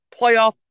playoff